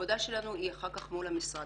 העבודה שלנו היא אחר כך מול המשרד,